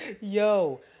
Yo